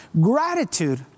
Gratitude